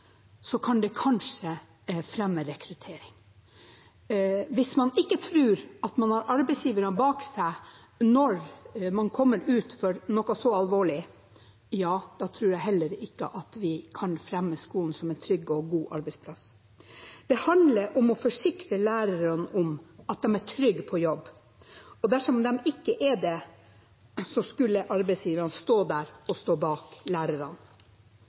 kanskje fremme rekruttering. Hvis man ikke tror at man har arbeidsgiverne bak seg når man kommer ut for noe så alvorlig, tror jeg heller ikke at vi kan fremme skolen som en trygg og god arbeidsplass. Det handler om å forsikre lærerne om at de er trygge på jobb. Og dersom de ikke er det, skulle arbeidsgiverne stå bak lærerne. Utrygghet i skolen er selvfølgelig helt uakseptabelt, både for lærerne